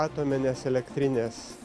atominės elektrinės